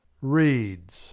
Reads